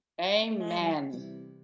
Amen